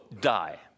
die